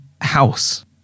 house